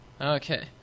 Okay